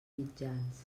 mitjans